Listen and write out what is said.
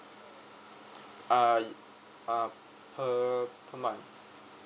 uh uh per per month